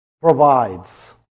provides